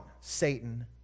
Satan